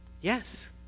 Yes